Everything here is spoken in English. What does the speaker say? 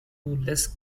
less